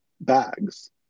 bags